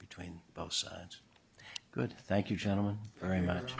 between both sides good thank you gentlemen very much